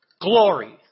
Glory